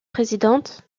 présidente